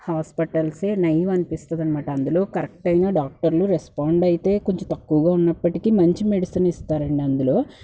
హాస్పిటల్సే నయమనిపిస్తదనమాట అందులో కరెక్ట్ టైమ్లో డాక్టర్లు రెస్పాండ్ అయితే కొంచెం తక్కువగా ఉన్నప్పటికీ మంచి మెడిసిన్ ఇస్తారండి అందులో